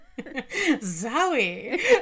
Zowie